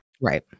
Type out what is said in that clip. right